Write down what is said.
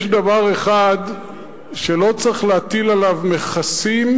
יש דבר אחד שלא צריך להטיל עליו מכסים,